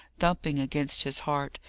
thumping against his heart,